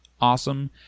awesome